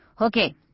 Okay